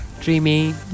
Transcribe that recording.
Dreamy